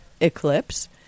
eclipse